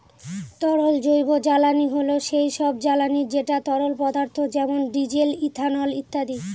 তরল জৈবজ্বালানী হল সেই সব জ্বালানি যেটা তরল পদার্থ যেমন ডিজেল, ইথানল ইত্যাদি